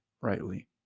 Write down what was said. rightly